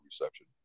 reception